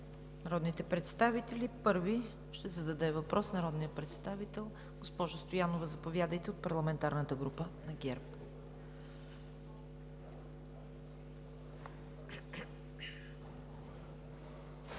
народните представители. Първа ще зададе въпрос народният представител госпожа Стоянова от парламентарната група на ГЕРБ.